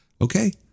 okay